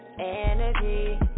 Energy